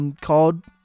called